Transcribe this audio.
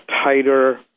tighter